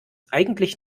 eigentlich